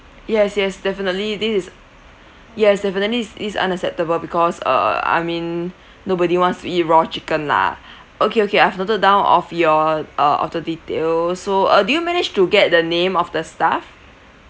yes yes definitely this is yes definitely this is unacceptable because err I mean nobody wants to eat raw chicken lah okay okay I've noted down of your uh of the details so uh did you manage to get the name of the staff